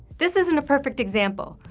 this isn't a perfect example.